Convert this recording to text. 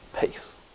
peace